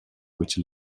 which